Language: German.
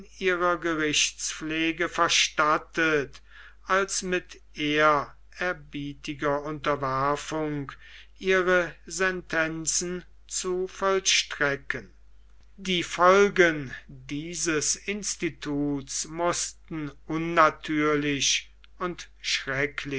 ihrer gerichtspflege verstattet als mit ehrerbietiger unterwerfung ihre sentenzen zu vollstrecken die folgen dieses instituts mußten unnatürlich und